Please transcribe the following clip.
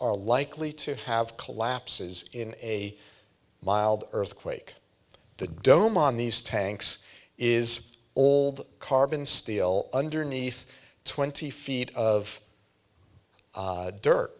are likely to have collapses in a mild earthquake the dome on these tanks is old carbon steel underneath twenty feet of dirt